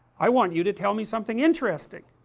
i want you to tell me something interesting.